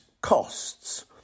costs